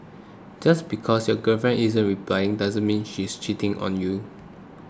just because your girlfriend isn't replying doesn't mean she's cheating on you